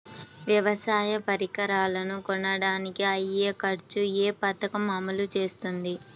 వ్యవసాయ పరికరాలను కొనడానికి అయ్యే ఖర్చు ఏ పదకము అమలు చేస్తుంది?